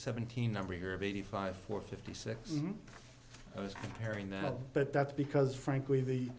seventeen number here of eighty five or fifty six i was hearing that but that's because frankly the